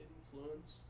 Influence